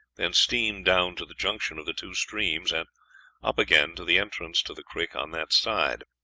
then steam down to the junction of the two streams, and up again to the entrance to the creek on that side.